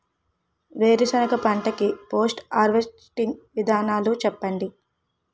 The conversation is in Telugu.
వేరుసెనగ పంట కి పోస్ట్ హార్వెస్టింగ్ విధానాలు చెప్పండీ?